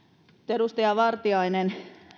edustaja vartiainen